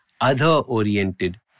other-oriented